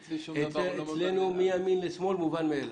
אצלי שום דבר לא מובן מאליו.